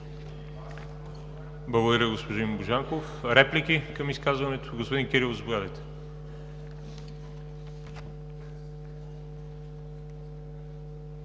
Благодаря, господин Божанков. Реплики към изказването? Господин Кирилов, заповядайте.